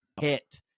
hit